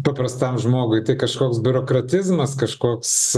paprastam žmogui tai kažkoks biurokratizmas kažkoks